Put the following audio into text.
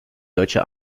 deutsche